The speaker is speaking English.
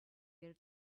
their